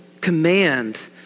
command